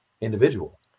individual